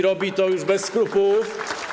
Robi to już bez skrupułów.